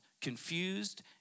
confused